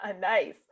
Nice